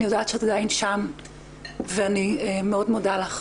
אני יודעת שאת עדיין שם ואני מאוד מודה לך.